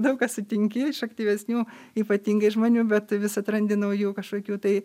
daug ką sutinki ir iš aktyvesnių ypatingai žmonių bet vis atrandi naujų kažkokių tai